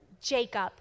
Jacob